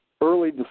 early